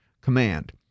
command